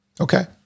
okay